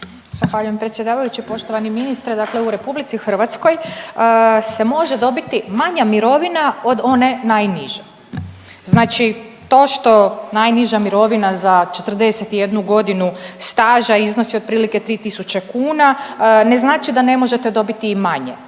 Zahvaljujem predsjedavajući. Poštovani ministre dakle u RH se može dobiti manja mirovine od one najniže. Znači to što najniža mirovina za 41 godinu staža iznosi otprilike 3 tisuće kuna ne znači da ne možete dobiti i manje